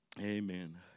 Amen